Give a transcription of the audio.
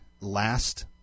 last